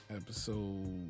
episode